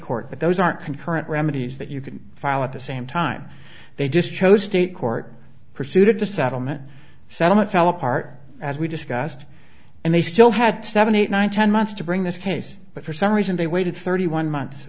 court but those aren't concurrent remedies that you can file at the same time they just chose state court proceeded to settlement settlement fell apart as we discussed and they still had seven eight nine ten months to bring this case but for some reason they waited thirty one month